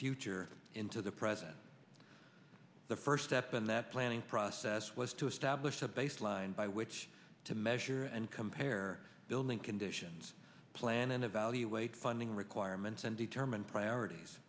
future into the present the first step in that planning process was to establish a baseline by which to measure and compare building conditions plan and evaluate funding requirements and determine priorities